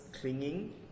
clinging